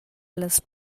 ellas